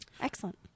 Excellent